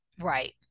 Right